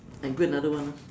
I go another one lah